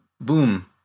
Boom